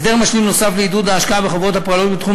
הסדר משלים נוסף לעידוד ההשקעה בחברות הפועלות בתחום